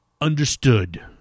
Understood